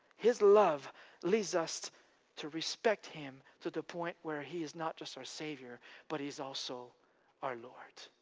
his love leads us to respect him to the point where he is not just our saviour but he is also our lord.